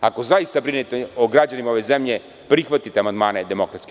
Ako zaista brinete o građanima ove zemlje, prihvatite amandmane DS.